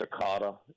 Sakata